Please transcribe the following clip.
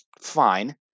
fine